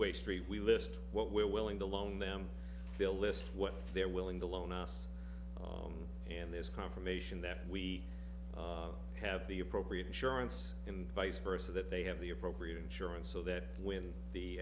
way street we list what we're willing to loan them bill list what they're willing to loan us and there's confirmation that we have the appropriate insurance and vice versa that they have the appropriate insurance so that when the